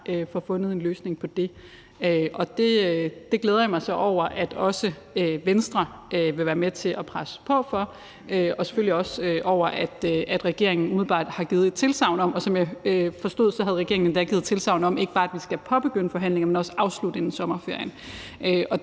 får fundet en løsning på det, og der glæder jeg mig så over, at også Venstre vil være med til at presse på for det, og selvfølgelig også over, at regeringen umiddelbart har givet et tilsagn her. Og som jeg forstod det, har regeringen endda givet tilsagn om ikke bare, at vi skal påbegynde forhandlingerne, men også afslutte dem inden sommerferien.